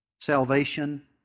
Salvation